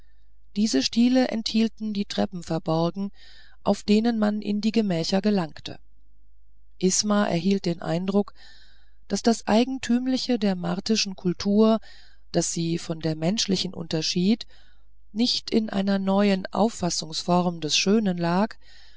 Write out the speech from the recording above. diese stiele enthielten die treppen verborgen auf denen man in die gemächer gelangte isma erhielt den eindruck daß das eigentümliche der martischen kunst das sie von der menschlichen unterschied nicht in einer neuen auffassungsform des schönen lag